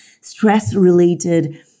stress-related